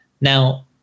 now